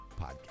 podcast